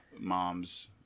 mom's